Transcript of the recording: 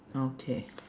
okay